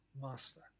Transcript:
master